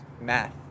math